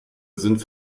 sind